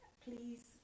please